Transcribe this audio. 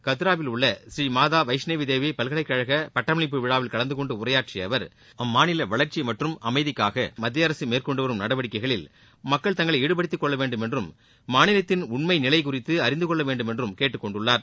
கத்ராவில் உள்ள பூநீ மாதா வைஷ்ணதேவி பல்கலைக் கழக பட்டமளிப்பு விழாவில் கலந்து கொண்டு உரையாற்றிய அவர் அம்மாநில வளர்ச்சி மற்றும் அமைதிக்காக மத்திய அரசு மேற்கொண்டு வரும் நடவடிக்கைகளில் மக்கள் தங்களை ஈடுபடுத்திக் கொள்ள வேண்டும் என்றும் மாநிலத்தின் உண்மைநிலை குறித்து அறிந்து கொள்ள வேண்டும் என்றும் கேட்டுக் கொண்டுள்ளார்